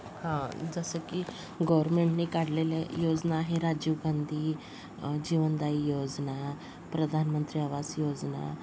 हां जसं की गोरमेंटने काढलेल्या योजना आहे राजीव गांधी जीवनदायी योजना प्रधानमंत्री आवास योजना